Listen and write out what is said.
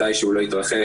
מתי שהוא לא יתרחש,